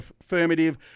affirmative